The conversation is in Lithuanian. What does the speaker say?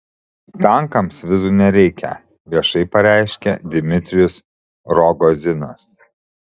tankams vizų nereikia viešai pareiškia dmitrijus rogozinas